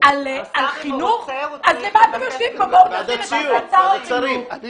כבר --- ועדת שרים, יש החלטה שלה.